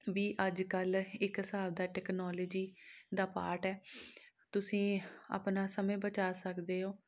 ਵੀ ਅੱਜ ਕੱਲ੍ਹ ਇੱਕ ਹਿਸਾਬ ਦਾ ਟੈਕਨੋਲਜੀ ਦਾ ਪਾਰਟ ਹੈ ਤੁਸੀਂ ਆਪਣਾ ਸਮੇਂ ਬਚਾ ਸਕਦੇ ਹੋ